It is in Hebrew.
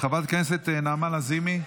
חברת כנסת נעמה לזימי,